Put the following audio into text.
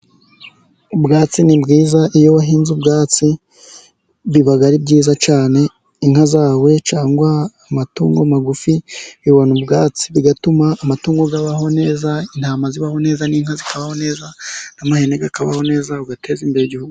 Ubwatsi ni bwiza, iyo wahinze ubwatsi biba ari byiza cyane, inka zawe cyangwa amatungo magufi bibona ubwatsi, bigatuma amatungo abaho neza, intama zibaho neza, n'inka zikabaho neza, amahene akabaho neza, ugateza imbere igihugu.